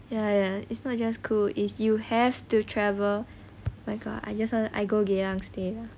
ya ya it's not just cool is you have to travel my god i just want go geylang stay lah